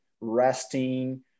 resting